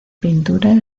pintura